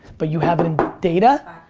but you have it in data.